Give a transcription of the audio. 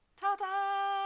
ta-da